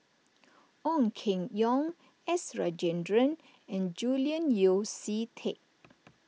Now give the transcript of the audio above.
Ong Keng Yong S Rajendran and Julian Yeo See Teck